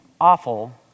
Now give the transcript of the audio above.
Awful